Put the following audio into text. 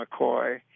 McCoy